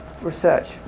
research